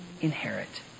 inherit